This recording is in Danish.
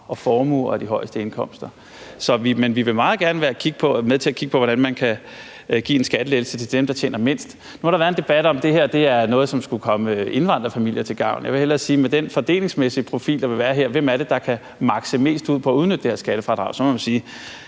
formue og de højeste indkomster. Men vi vil meget gerne være med til at kigge på, hvordan man kan give en skattelettelse til dem, der tjener mindst. Nu har der været en debat om, om det her er noget, som skulle komme indvandrerfamilier til gavn. Jeg vil hellere sige, at med den fordelingsmæssige profil, der vil være her, altså hvem der kan få det maksimale ud af at udnytte det her skattefradrag, så er det i